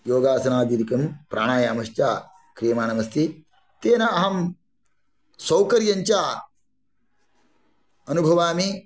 योगासनादिदिकं प्राणायामश्च क्रियमाणमस्ति तेन अहं सौकर्यञ्च अनुभवामि